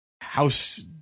house